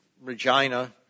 Regina